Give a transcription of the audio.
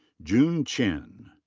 jun chen.